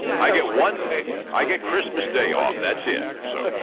i get one day, i get christmas day off, that's it. so